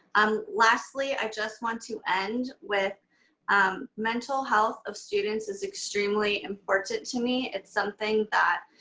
um lastly, i just want to end with um mental health of students is extremely important to me. it's something that,